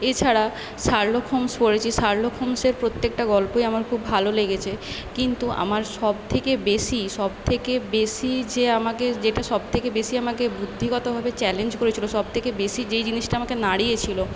এছাড়া Sherlock Holmes পড়েছি Sherlock হোমসের প্রত্যেকটা গল্পই আমার খুব ভালো লেগেছে কিন্তু আমার সবথেকে বেশি সবথেকে বেশি যে আমাকে যেটা সবথেকে বেশি আমাকে বুদ্ধিগতভাবে চ্যালেঞ্জ করেছিলো সবথেকে বেশি যেই জিনিসটা আমাকে নাড়িয়ে ছিলো